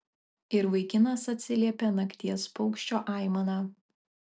ir vaikinas atsiliepė nakties paukščio aimana